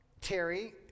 Terry